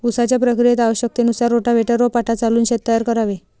उसाच्या प्रक्रियेत आवश्यकतेनुसार रोटाव्हेटर व पाटा चालवून शेत तयार करावे